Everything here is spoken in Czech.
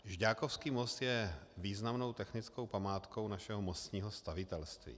Žďákovský most je významnou technickou památkou našeho mostního stavitelství.